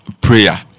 prayer